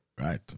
Right